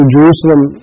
Jerusalem